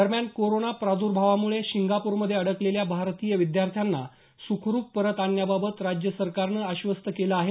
दरम्यान कोरोना प्रादर्भावामुळे सिंगाप्रमध्ये अडकलेल्या भारतीय विद्यार्थ्यांना सुखरुप परत आणण्याबाबत राज्यसरकारनं आश्वस्त केलं आहे